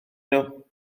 nhw